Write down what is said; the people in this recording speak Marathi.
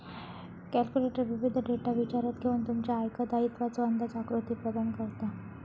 कॅल्क्युलेटर विविध डेटा विचारात घेऊन तुमच्या आयकर दायित्वाचो अंदाजे आकृती प्रदान करता